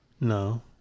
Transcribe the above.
No